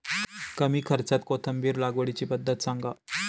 कमी खर्च्यात कोथिंबिर लागवडीची पद्धत सांगा